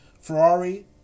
Ferrari